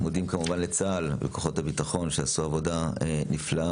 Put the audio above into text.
אנחנו מודים כמובן לצה"ל ולכוחות הביטחון שעשו עבודה נפלאה,